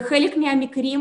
נכון